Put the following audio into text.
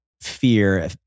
fear